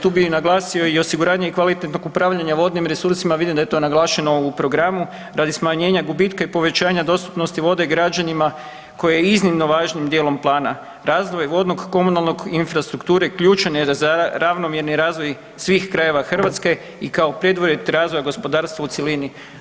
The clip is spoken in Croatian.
Tu bi naglasio i osiguranje i kvalitetnog upravljanja vodnim resursima vidim da je to naglašeno u programu radi smanjenja gubitka i povećanja dostupnosti vode građanima koje je iznimno važnim djelom plana razvoj vodnog, komunalnog infrastrukture ključan je za ravnomjeran razvoj svih krajeva Hrvatske i kao preduvjet razvoja gospodarstva u cjelini.